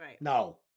No